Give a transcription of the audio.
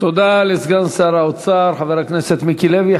תודה לסגן שר האוצר, חבר הכנסת מיקי לוי.